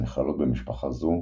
הנכללות במשפחה זו,